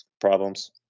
problems